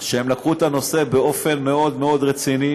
שלקחו את הנושא באופן מאוד מאוד מאוד רציני.